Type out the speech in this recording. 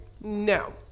No